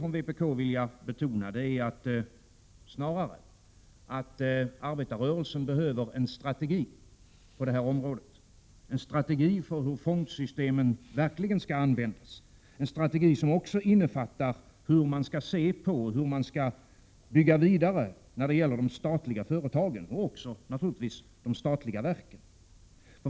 Vi i vpk skulle snarare vilja betona att arbetarrörelsen på detta område behöver en strategi för hur fondsystemen verkligen skall användas — en strategi som också innefattar synen på hur man skall bygga vidare på de statliga företagen och, naturligtvis, de statliga verken.